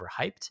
overhyped